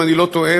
אם אני לא טועה,